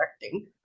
directing